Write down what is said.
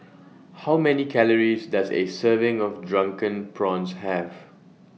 How Many Calories Does A Serving of Drunken Prawns Have